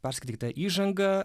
perskaityta įžanga